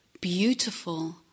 beautiful